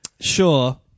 Sure